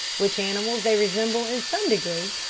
which animals they resemble in some degree.